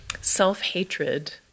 self-hatred